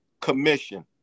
Commission